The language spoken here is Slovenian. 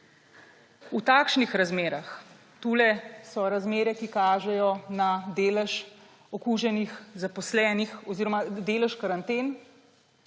V takšnih razmerah, tu / pokaže zboru/ so razmere, ki kažejo na delež okuženih zaposlenih oziroma delež karanten,